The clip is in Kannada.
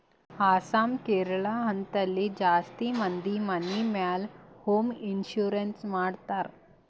ಅಸ್ಸಾಂ, ಕೇರಳ, ಹಿಂತಲ್ಲಿ ಜಾಸ್ತಿ ಮಂದಿ ಮನಿ ಮ್ಯಾಲ ಹೋಂ ಇನ್ಸೂರೆನ್ಸ್ ಮಾಡ್ತಾರ್